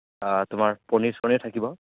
তোমাৰ পনীৰ চনীৰ থাকিব